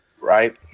Right